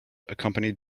accompanied